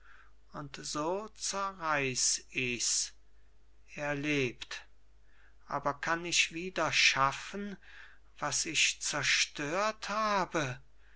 und so zerreiß ich's er lebt aber kann ich wieder schaffen was ich zerstört habe